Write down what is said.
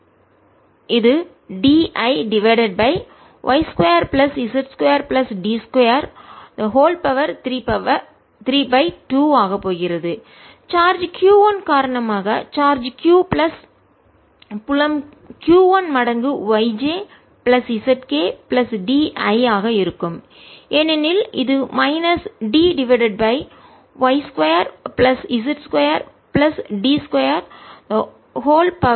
எனவே இது D i divided by y 2 plus z 2 plus d 2 32 ஆக போகிறது சார்ஜ் q 1 காரணமாக சார்ஜ் q பிளஸ் புலம் q 1 மடங்கு y j plus z k plus d i ஆக இருக்கும் ஏனெனில் இது minus d divided by y 2 plus z 2 plus d 2 32 ஆகும் இது x இல் 0 ஐ விட அதிகமான புலம்